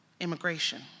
immigration